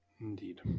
Indeed